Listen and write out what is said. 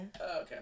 Okay